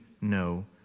no